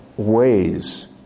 Ways